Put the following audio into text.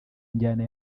njyana